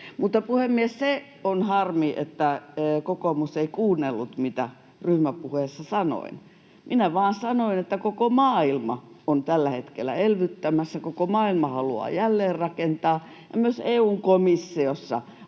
Mutta, puhemies, se on harmi, että kokoomus ei kuunnellut, mitä ryhmäpuheessa sanoin. Minä vain sanoin, että koko maailma on tällä hetkellä elvyttämässä, koko maailma haluaa jälleenrakentaa ja myös EU:n komissiossa on